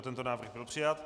Tento návrh byl přijat.